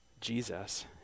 Jesus